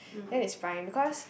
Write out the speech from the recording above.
that is fine because